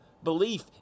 Belief